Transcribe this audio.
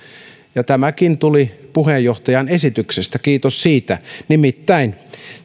tämäkin tuli puheenjohtajan esityksestä kiitos siitä nimittäin